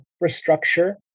infrastructure